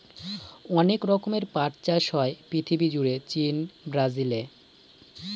অনেক রকমের পাট চাষ হয় পৃথিবী জুড়ে চীন, ব্রাজিলে